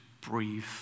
breathe